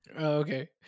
Okay